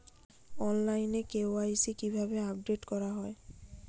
অনলাইনে কে.ওয়াই.সি কিভাবে আপডেট করা হয়?